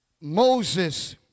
Moses